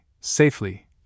safely